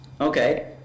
Okay